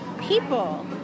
people